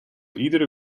iedere